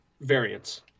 variants